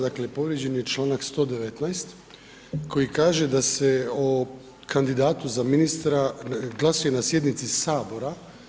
Dakle povrijeđen je čl. 119. koji kaže da o kandidatu za ministra glasuje na sjednici Sabora.